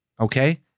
Okay